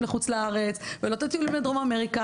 מכפר איזון.